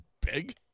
big